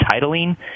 titling